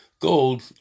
gold